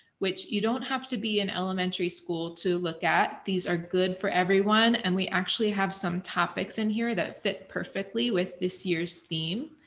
which you don't have to be in elementary school to look at these are good for everyone. and we actually have some topics in here that fit perfectly with this year's theme.